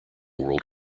world